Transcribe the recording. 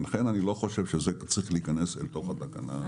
לכן אני לא חושב שזה צריך להיכנס אל תוך התקנה.